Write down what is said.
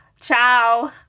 Ciao